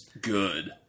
good